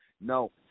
no